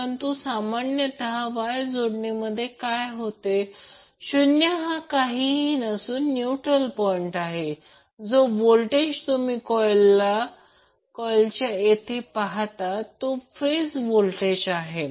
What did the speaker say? परंतु सामान्यतः Y जोडणी मध्ये काय होते o हा काहीही नसून न्यूट्रल पॉईंट आहे जो व्होल्टेज तुम्ही कॉर्ईलच्या येथे पाहता तो फेज व्होल्टेज आहे